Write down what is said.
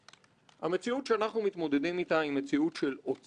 השאלה מה קורה עם הכסף הזה היא שאלה חשובה ביותר